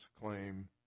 claim